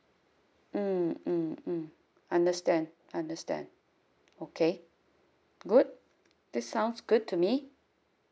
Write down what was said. mm mm mm understand understand okay good that sounds good to me